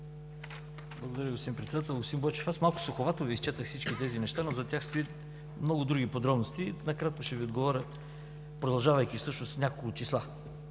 Благодаря Ви, господин Председател. Господин Байчев, малко суховато Ви изчетох всички тези неща, но зад тях стоят много други подробности. Накратко ще Ви отговоря, продължавайки всъщност с няколко числа.